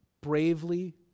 bravely